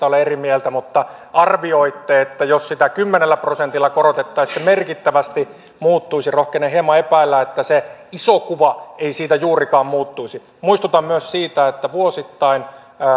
ole eri mieltä mutta arvioitte että jos sitä kymmenellä prosentilla korotettaisiin se merkittävästi muuttuisi rohkenen hieman epäillä että se iso kuva ei siitä juurikaan muuttuisi muistutan myös siitä että vuosittain